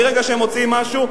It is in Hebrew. מרגע שהם מוציאים משהו,